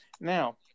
Now